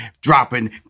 dropping